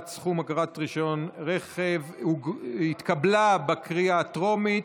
סכום אגרת רישיון רכב) התקבלה בקריאה הטרומית,